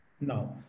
Now